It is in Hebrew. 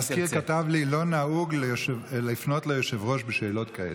המזכיר כתב לי: לא נהוג לפנות ליושב-ראש בשאלות כאלה.